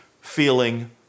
feeling